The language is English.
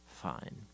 fine